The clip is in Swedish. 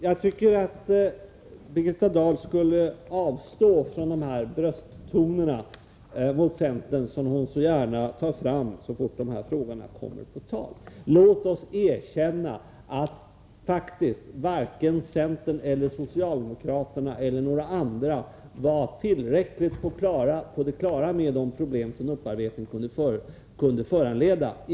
Jag tycker att Birgitta Dahl skulle avstå från de brösttoner mot centern som hon så gärna tar fram så fort dessa frågor kommer på tal. Låt oss erkänna att faktiskt varken centern eller socialdemokraterna eller några andra i mitten av 1970-talet var tillräckligt på det klara med de problem som upparbetningen kunde föranleda.